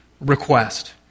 request